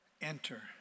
enter